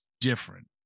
different